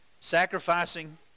sacrificing